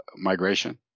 migration